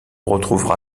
retrouvera